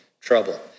trouble